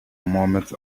moment